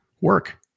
work